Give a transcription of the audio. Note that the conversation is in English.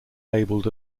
labelled